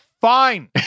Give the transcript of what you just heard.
fine